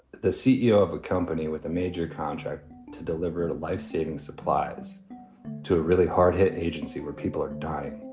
the ceo of a company with a major contract to deliver a lifesaving supplies to a really hard hit agency where people are dying,